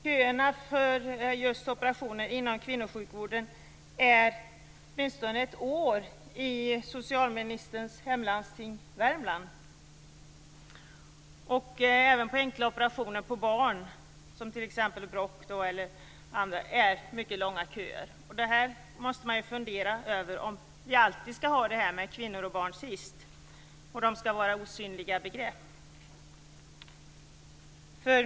Köerna för operationer inom kvinnosjukvården är i socialministerns hemlandsting Värmland åtminstone ett år långa. Även för enkla operationer på barn, t.ex. bråckoperationer, finns det mycket långa köer. Vi måste fundera över om kvinnor och barn alltid skall vara närmast osynliga och vara de som kommer sist.